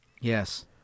Yes